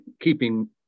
keeping